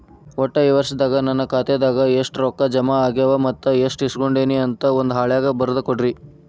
ಒಟ್ಟ ಈ ವರ್ಷದಾಗ ನನ್ನ ಖಾತೆದಾಗ ಎಷ್ಟ ರೊಕ್ಕ ಜಮಾ ಆಗ್ಯಾವ ಮತ್ತ ಎಷ್ಟ ತಗಸ್ಕೊಂಡೇನಿ ಅಂತ ಒಂದ್ ಹಾಳ್ಯಾಗ ಬರದ ಕೊಡ್ರಿ